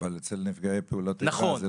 אבל אצל נפגעי פעולות איבה זה לא פשוט.